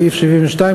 סעיף 72,